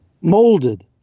molded